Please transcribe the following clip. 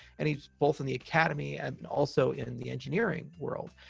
and he's both in the academy and also in the engineering world.